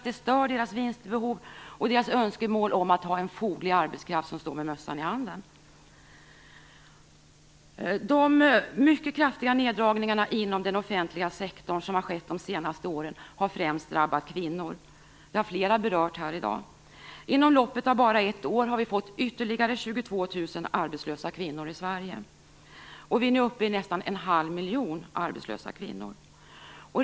Det stör deras vinstbehov och deras önskemål om att ha en foglig arbetskraft som står med mössan i handen. De mycket kraftiga neddragningarna inom den offentliga sektorn som har skett de senaste åren har främst drabbat kvinnor. Det har flera berört här i dag. Inom loppet av bara ett år har vi fått ytterligare 22 000 arbetslösa kvinnor i Sverige. Vi är nu upp i nästan en halv miljon arbetslösa kvinnor.